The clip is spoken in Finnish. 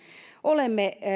olemme